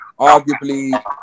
Arguably